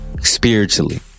spiritually